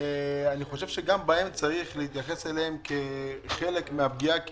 אני חושב שגם אליהם צריך להתייחס כחלק מן הפגיעה כי